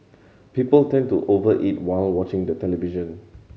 people tend to over eat while watching the television